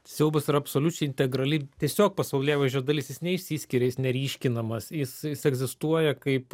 siaubas yra absoliučiai integrali tiesiog pasaulėvaizdžio dalis jis neišsiskiria jis neryškinamas jis jis egzistuoja kaip